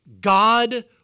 God